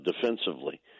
defensively